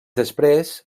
després